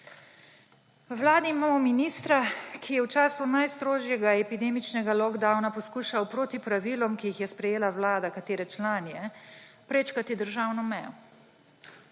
imamo ministra, ki je v času najstrožjega epidemičnega lockdowna poskušal proti pravilom, ki jih je sprejela Vlada, katere član je, prečkati državno mejo.